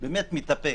באמת מתאפק,